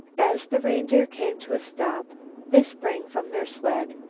as the reindeer came to a stop they sprang from their sled,